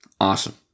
Awesome